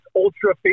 ultra